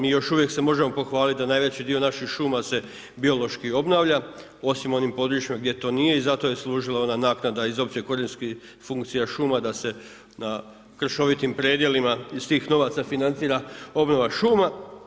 Mi još uvijek se možemo pohvaliti da najveći dio naših šuma se biološki obnavlja, osim u onim područjima gdje to nije i zato je služila ona naknada iz opće korisnik funkcija šuma da se na kršovitim predjelima iz tih novaca financira obnova šuma.